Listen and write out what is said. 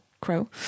Crow